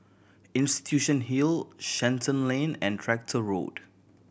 Institution Hill Shenton Lane and Tractor Road